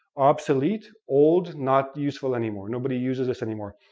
obsolete old not useful anymore nobody uses this anymore ah,